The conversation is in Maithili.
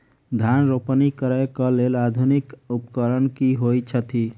धान रोपनी करै कऽ लेल आधुनिक उपकरण की होइ छथि?